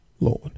Lord